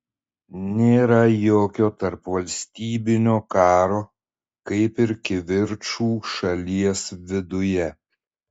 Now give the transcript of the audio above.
nėra jokio tarpvalstybinio karo kaip ir kivirčų šalies viduje